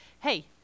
hey